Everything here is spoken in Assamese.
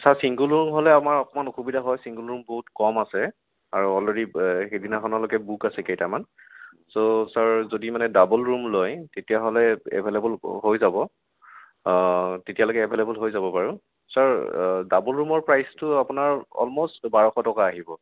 ছাৰ চিংগোল ৰুম হ'লে আমাৰ অকমান অসুবিধা হয় চিংগোল ৰুম বহুত কম আছে আৰু অলৰেদি সেইদিনাখনলৈকে বুক আছে কেইটামান ছ' ছাৰ যদি মানে ডাবল ৰুম লয় তেতিয়াহ'লে এভেইলেবল হৈ যাব তেতিয়ালৈকে এভেইলেবল হৈ যাব বাৰু ছাৰ ডাবল ৰুমৰ প্ৰাইছটো আপোনাৰ অলম'ষ্ট বাৰশ টকা আহিব